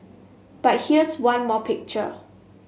but here's one more picture